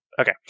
Okay